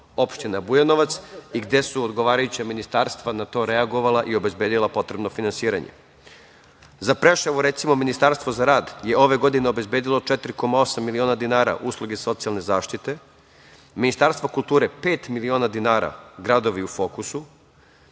opština Bujanovac, gde su odgovarajuća ministarstva na to reagovala i obezbedila potrebno finansiranje.Za Preševo, recimo, Ministarstvo za rad je ove godine obezbedilo 4,8 miliona dinara - usluge socijalne zaštite, Ministarstvo kulture pet miliona dinara - gradovi u Fokusu,